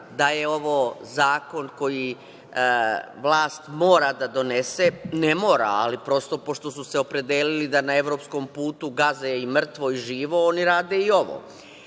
da je ovo zakon koji vlast mora da donese, ne mora, ali prosto pošto su se opredelili da na evropskom putu gaze mrtvo i živo, oni rade i ovo.S